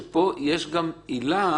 שפה יש גם עילה